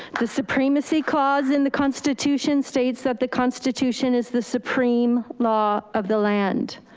the supremacy clause in the constitution states that the constitution is the supreme law of the land.